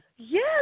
Yes